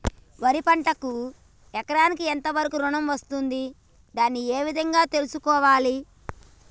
వరి పంటకు ఎకరాకు ఎంత వరకు ఋణం వస్తుంది దాన్ని ఏ విధంగా తెలుసుకోవాలి?